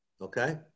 Okay